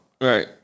Right